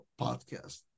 podcast